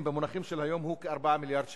במונחים של היום הוא כ-4 מיליארד שקל,